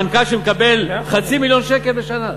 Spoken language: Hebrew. מנכ"ל שמקבל חצי מיליון שקל בשנה.